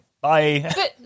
bye